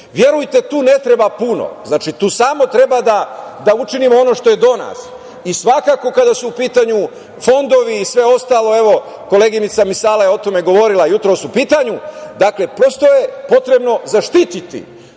selu. Verujte, tu ne treba puno. Tu samo treba da učinimo ono što je do nas. Svakako, kada su u pitanju fondovi i sve ostalo, evo, koleginica Misale je govorila o tome jutros, u pitanju, dakle, prosto je potrebno zašiti